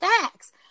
facts